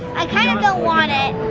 i kinda don't want it.